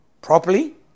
properly